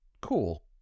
cool